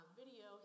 video